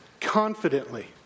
confidently